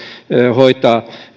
hoitaa